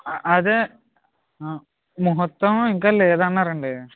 అదే ముహూర్తం ఇంకా లేదన్నారు అండి